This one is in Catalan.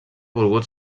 volgut